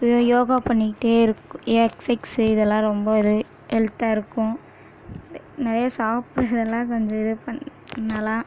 இதுவே யோகா பண்ணிக்கிட்டே இருக்குது எக்சிக்ஸு இதெல்லாம் ரொம்ப இது ஹெல்த்தாக இருக்கும் நிறையா சாப்பிறதெல்லாம் கொஞ்சம் இது பண் பண்ணலாம்